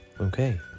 Okay